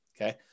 Okay